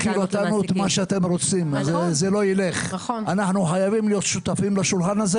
אנחנו חייבים להיות שותפים לשולחן הזה